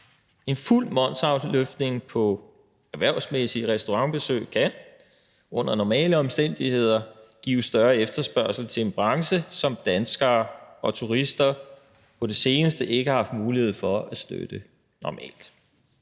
En fuld momsafløftning på erhvervsmæssige restaurantbesøg kan under normale omstændigheder give større efterspørgsel til en branche, som danskere og turister på det seneste ikke har haft mulighed for at støtte som normalt.